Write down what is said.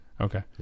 Okay